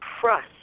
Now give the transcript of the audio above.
trust